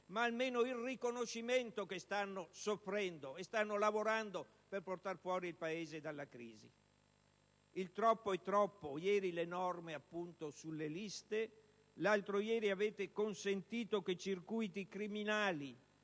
ma neppure il riconoscimento che sta soffrendo e sta lavorando per portar fuori il Paese dalla crisi. Il troppo è troppo. Ieri, appunto, le norme sulle liste. L'altro ieri avete consentito che circuiti criminali